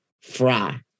fry